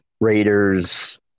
Raiders